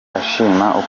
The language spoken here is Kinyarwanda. ashima